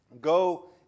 go